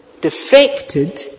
defected